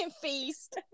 feast